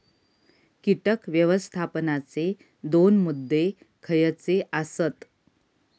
कीटक व्यवस्थापनाचे दोन मुद्दे खयचे आसत?